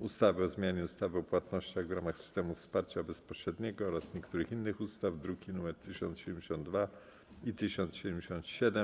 ustawy o zmianie ustawy o płatnościach w ramach systemów wsparcia bezpośredniego oraz niektórych innych ustaw (druki nr 1072 i 1077)